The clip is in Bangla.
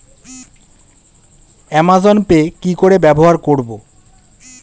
অ্যামাজন পে কি করে ব্যবহার করব?